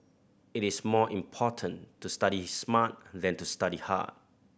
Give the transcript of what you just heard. it is more important to study smart than to study hard